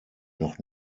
noch